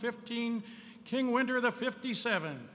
fifteen king winter the fifty seven